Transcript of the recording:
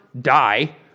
die